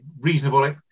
reasonable